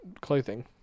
clothing